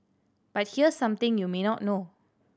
but here's something you may not know